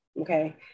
okay